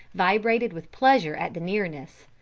vibrated with pleasure at the nearness.